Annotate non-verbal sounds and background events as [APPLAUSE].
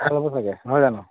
[UNINTELLIGIBLE]